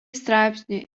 straipsnių